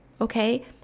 Okay